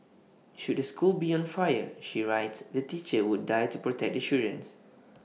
should the school be on fire she writes the teacher would die to protect the children